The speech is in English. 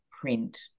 print